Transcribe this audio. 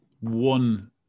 One